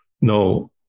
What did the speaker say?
No